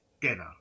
dinner